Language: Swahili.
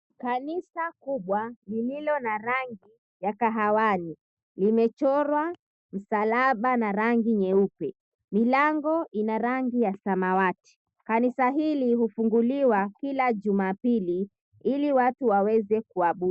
Kanisa kubwa lililo na rangi ya kahawani. Imechorwa msalaba na rangi nyeupe. Milango ina ya samawati. Kanisa hili hufunguliwa kila Jumapili ili watu waweze kuabudu.